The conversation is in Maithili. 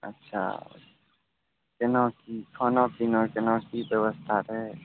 अच्छा केना की खाना पीना केना की वयवस्था रहै